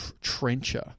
Trencher